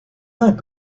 uns